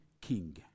King